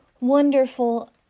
wonderful